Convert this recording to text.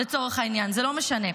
לצורך העניין זה לא משנה.